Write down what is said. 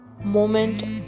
moment